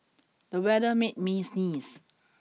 the weather made me sneeze